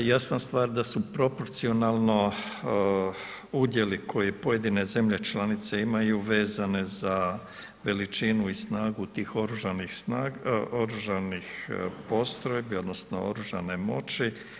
Jasna stvar da su proporcionalno udjeli koje pojedine zemlje članice imaju vezane za veličinu i snagu tih oružanih snaga, oružanih postrojbi odnosno oružane moći.